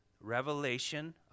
Revelation